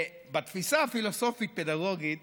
בתפיסה פילוסופית-פדגוגית